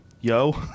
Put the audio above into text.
yo